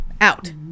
out